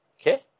Okay